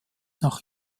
nach